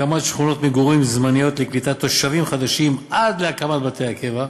הקמת שכונות מגורים זמניות לקליטת תושבים חדשים עד להקמת בתי הקבע,